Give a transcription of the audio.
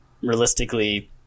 realistically